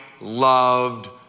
loved